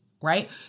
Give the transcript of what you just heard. Right